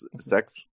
sex